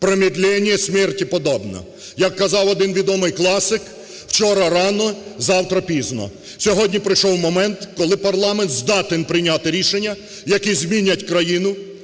промедление смерти подобно. Як казав один відомий класик, вчора рано – завтра пізно. Сьогодні прийшов момент, коли парламент здатен прийняти рішення, які змінять країну,